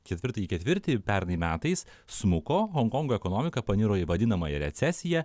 ketvirtąjį ketvirtį pernai metais smuko honkongo ekonomika paniro į vadinamąją recesiją